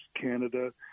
Canada